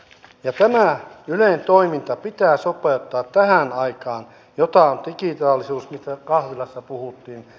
ja tämä ylen toiminta pitää sopeuttaa tähän aikaan jota on digitaalisuus mistä kahvilassa puhuttiin